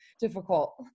difficult